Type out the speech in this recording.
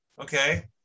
okay